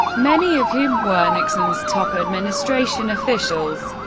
many of whom were nixon's top administration officials.